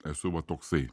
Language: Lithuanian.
esu va toksai